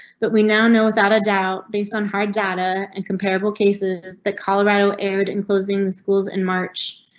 but we now know, without a doubt, based on hard data. incomparable cases that cala rado aired in closing the schools in march.